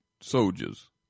soldiers